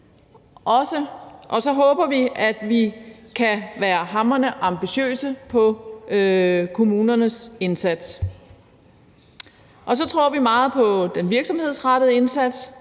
Og så håber vi, at vi kan være hamrende ambitiøse i forhold til kommunernes indsats. Så tror vi meget på den virksomhedsrettede indsats.